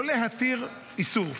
לא להתיר איסור,